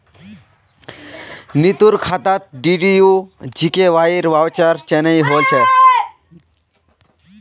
नीतूर खातात डीडीयू जीकेवाईर वाउचर चनई होल छ